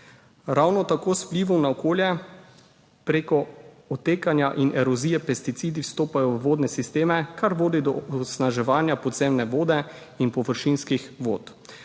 Ravno tako z vplivom na okolje prek odtekanja in erozije pesticidi vstopajo v vodne sisteme, kar vodi do onesnaževanja podzemne vode in površinskih vod.